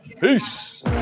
Peace